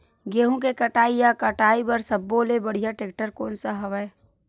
गेहूं के कटाई या कटाई बर सब्बो ले बढ़िया टेक्टर कोन सा हवय?